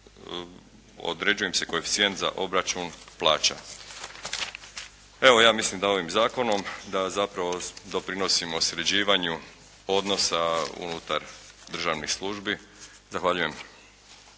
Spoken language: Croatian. određuje im se koeficijent za obračun plaća. Evo, ja mislim da ovim zakonom, da zapravo doprinosimo sređivanju odnosa unutar državnih službi. Zahvaljujem.